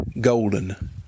Golden